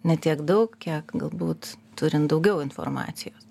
ne tiek daug kiek galbūt turint daugiau informacijos